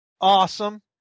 Awesome